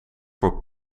voor